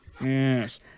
yes